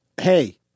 hey